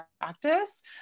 practice